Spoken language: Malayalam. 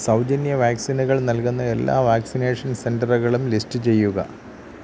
സൗജന്യ വാക്സിനുകൾ നൽകുന്ന എല്ലാ വാക്സിനേഷൻ സെൻറ്ററുകളും ലിസ്റ്റ് ചെയ്യുക